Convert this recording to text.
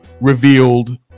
revealed